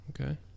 okay